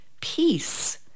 peace